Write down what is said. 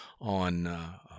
on